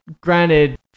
Granted